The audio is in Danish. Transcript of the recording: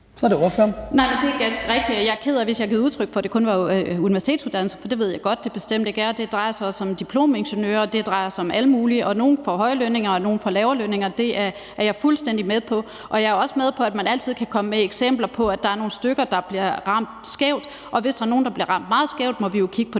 Karin Liltorp (M): Nej, det er ganske rigtigt. Og jeg er ked af, hvis jeg har givet udtryk for, at det kun var universitetsuddannelser, for det ved jeg godt at det bestemt ikke er. Det drejer sig også om diplomingeniører, og det drejer sig om alle mulige, og nogle får høje lønninger, og nogle får lave lønninger. Det er jeg fuldstændig med på. Jeg er også med på, at man altid kan komme med eksempler på, at der er nogle stykker, der bliver ramt skævt, og hvis der er nogle, der bliver ramt meget skævt, må vi jo kigge på